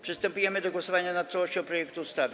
Przystępujemy do głosowania nad całością projektu ustawy.